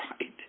Right